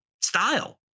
Style